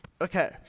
Okay